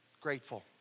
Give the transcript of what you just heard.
Grateful